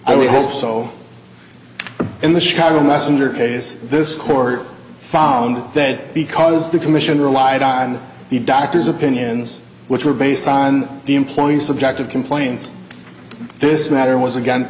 only hope so in the sharon meissner case this court found that because the commission relied on the doctor's opinions which were based on the employee's subjective complaints this matter was again